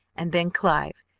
and then clive,